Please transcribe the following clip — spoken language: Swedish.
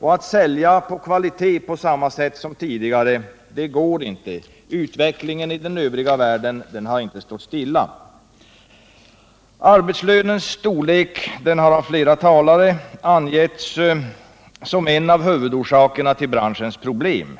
Att sälja på kvalitet på samma sätt som tidigare går inte. Utvecklingen i den övriga världen har inte stått stilla. Arbetslönens storlek har av flera talare angetts som en av huvudorsakerna till branschens problem.